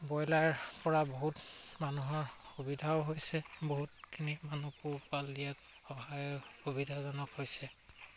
broiler পৰা বহুত মানুহৰ সুবিধাও হৈছে বহুতখিনি মানুহ পোহপাল দিয়াত সহায় সুবিধাজনক হৈছে